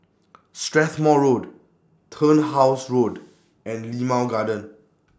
Strathmore Road Turnhouse Road and Limau Garden